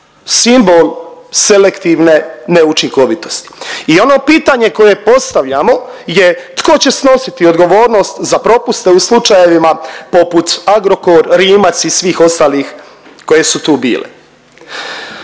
simbol selektivne neučinkovitosti. I ono pitanje koje postavljamo je tko će snositi odgovornost za propuste u slučajevima poput Agrokor, Rimac i svih ostalih koje su tu bile?